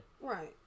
Right